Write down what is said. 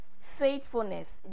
faithfulness